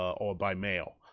or by mail.